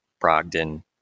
Brogdon